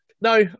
No